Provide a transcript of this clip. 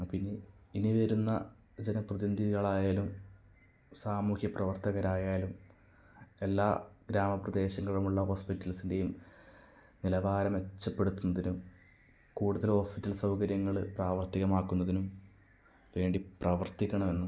പിന്നെ ഇനി വരുന്ന ജനപ്രതിനിധികളായാലും സാമൂഹ്യ പ്രവർത്തകരായാലും എല്ലാ ഗ്രാമപ്രദേശങ്ങളിലുള്ള ഹോസ്പിറ്റൽസിന്റേം നിലവാരം മെച്ചപ്പെടുത്തുന്നതിനും കൂടുതൽ ഹോസ്പിറ്റൽ സൗകര്യങ്ങള് പ്രാവർത്തികമാക്കുന്നതിനും വേണ്ടി പ്രവർത്തിക്കണമെന്ന്